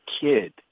kid